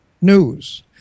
news